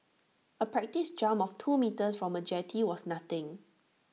A practice jump of two metres from A jetty was nothing